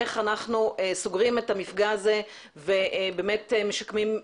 איך אנחנו סוגרים את המפגע הזה ובאמת משקמים.